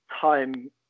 time